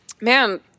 Man